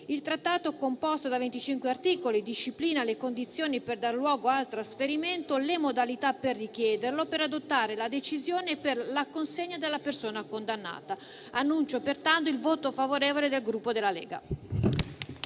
Il Trattato, composto da 25 articoli, disciplina le condizioni per dare luogo al trasferimento, le modalità per richiederlo e per adottare la decisione per la consegna della persona condannata. Annuncio il voto favorevole del mio Gruppo sul